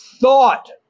thought